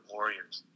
Warriors